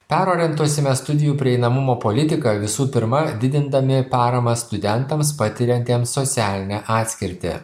perorientuosime studijų prieinamumo politiką visų pirma didindami paramą studentams patiriantiems socialinę atskirtį